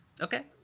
Okay